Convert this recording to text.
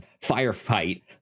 firefight